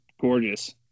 gorgeous